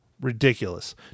ridiculous